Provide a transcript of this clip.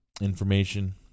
information